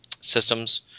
systems